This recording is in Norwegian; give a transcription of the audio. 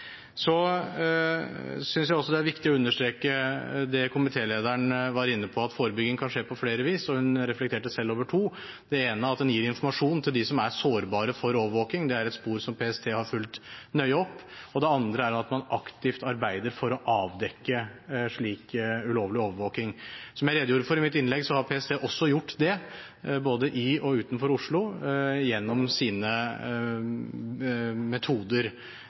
synes også det er viktig å understreke det komitélederen var inne på, at forebygging kan skje på flere vis, og hun reflekterte selv over to. Det ene er at en gir informasjon til dem som er sårbare for overvåking – det er et spor som PST har fulgt nøye opp – og det andre er at man aktivt arbeider for å avdekke slik ulovlig overvåking. Som jeg redegjorde for i mitt innlegg, har PST også gjort det, både i og utenfor Oslo, gjennom sine metoder.